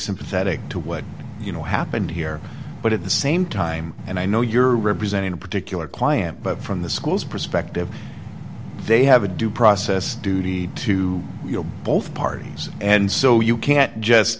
sympathetic to what you know happened here but at the same time and i know you're representing a particular client but from the school's perspective they have a due process duty to both parties and so you can't just